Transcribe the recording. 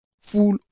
full